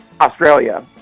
Australia